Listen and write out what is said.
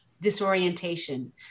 disorientation